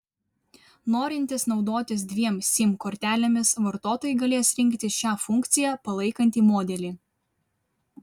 norintys naudotis dviem sim kortelėmis vartotojai galės rinktis šią funkciją palaikantį modelį